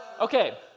Okay